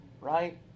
right